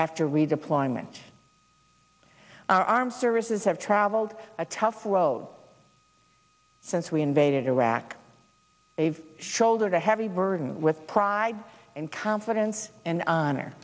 after redeployment our armed services have traveled tough road since we invaded iraq they've shouldered a heavy burden with pride and confidence and honor